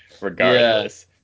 regardless